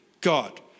God